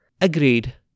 agreed